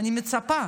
אני מצפה,